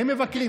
הלך בשבת בבוקר,